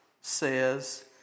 says